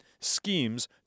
Schemes